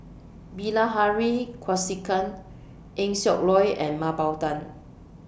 Bilahari Kausikan Eng Siak Loy and Mah Bow Tan